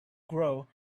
grow